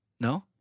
No